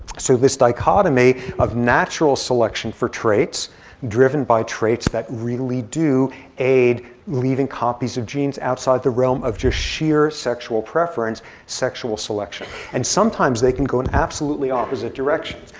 so this dichotomy of natural selection for traits driven by traits that really do aid leaving copies of genes outside the realm of just sheer sexual preference, sexual selection. and sometimes they can go in absolutely opposite directions.